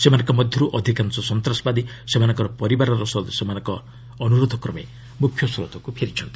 ସେମାନଙ୍କ ମଧ୍ୟରୁ ଅଧିକାଶ ସନ୍ତାସବାଦୀ ସେମାନଙ୍କର ପରିବାରର ସଦସ୍ୟମାନଙ୍କ ଅନୁରୋଧକ୍ରମେ ମୁଖ୍ୟସ୍କୋତକୁ ଫେରିଛନ୍ତି